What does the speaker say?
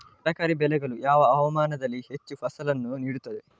ತರಕಾರಿ ಬೆಳೆಗಳು ಯಾವ ಹವಾಮಾನದಲ್ಲಿ ಹೆಚ್ಚು ಫಸಲನ್ನು ನೀಡುತ್ತವೆ?